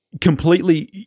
Completely